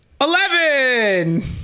Eleven